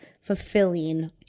fulfilling